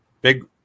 Big